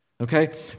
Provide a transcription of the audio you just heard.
Okay